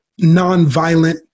nonviolent